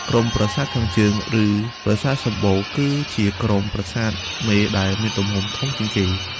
ក្រុមប្រាសាទខាងជើង ឬប្រាសាទសម្បូរ គឺជាក្រុមប្រាសាទមេដែលមានទំហំធំជាងគេ។